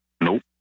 Nope